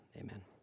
Amen